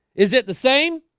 is it the same?